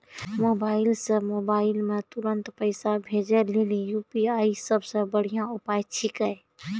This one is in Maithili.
मोबाइल से मोबाइल मे तुरन्त पैसा भेजे लेली यू.पी.आई सबसे बढ़िया उपाय छिकै